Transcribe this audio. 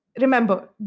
Remember